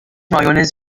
مایونز